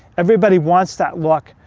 everybody wants that look.